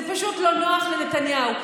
זה פשוט לא נוח לנתניהו,